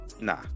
nah